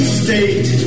state